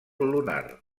lunar